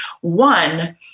One